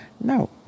No